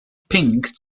pink